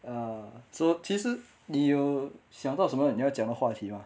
uh so 其实你有想到什么你要讲的话题吗